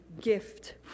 gift